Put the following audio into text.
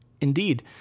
Indeed